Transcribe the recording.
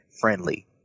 friendly